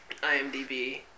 IMDb